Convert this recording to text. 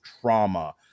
trauma